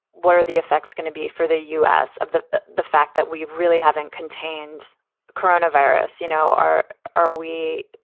what are the effects going to be for the u s? of the the fact that we really haven't contained coronavirus? you know, are are we?